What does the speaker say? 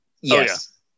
Yes